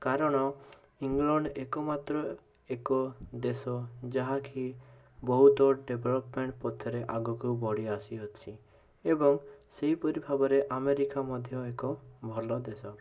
କାରଣ ଇଂଲଣ୍ଡ ଏକମାତ୍ର ଏକ ଦେଶ ଯାହାକି ବହୁତ ଡେଭ୍ଲପ୍ମେଣ୍ଟ୍ ପଥରେ ଆଗକୁ ବଢ଼ି ଆସିଅଛି ଏବଂ ସେହିପରି ଭାବରେ ଆମେରିକା ମଧ୍ୟ ଏକ ଭଲ ଦେଶ